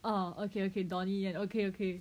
oh okay okay Donnie Yen okay okay